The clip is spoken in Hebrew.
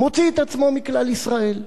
מוציא את עצמו מכלל ישראל.